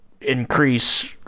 increase